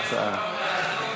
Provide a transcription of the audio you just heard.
בעינה.